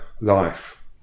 life